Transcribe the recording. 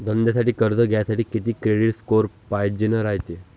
धंद्यासाठी कर्ज घ्यासाठी कितीक क्रेडिट स्कोर पायजेन रायते?